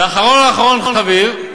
ואחרון אחרון חביב: